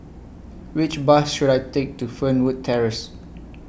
Which Bus should I Take to Fernwood Terrace